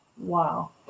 Wow